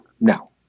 no